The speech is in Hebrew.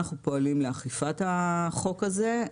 אנחנו פועלים גם לאכיפת החוק הזה.